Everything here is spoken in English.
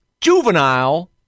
juvenile